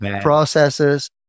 processes